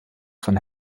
von